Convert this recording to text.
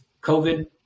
COVID